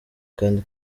kandi